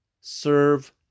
serve